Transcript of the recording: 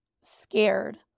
scared